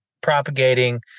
propagating